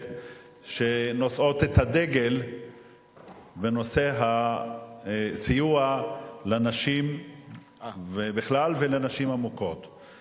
שנושאות את הדגל בנושא הסיוע לנשים בכלל ולנשים המוכות בפרט.